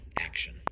action